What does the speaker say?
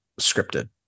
scripted